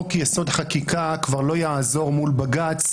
חוק יסוד: החקיקה, כבר לא יעזור מול בג"ץ,